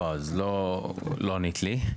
לא, אז לא ענית לי.